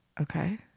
Okay